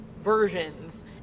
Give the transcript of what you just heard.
versions